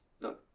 No